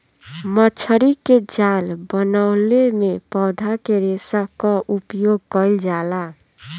मछरी के जाल बनवले में पौधा के रेशा क उपयोग कईल जाला